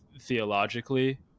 theologically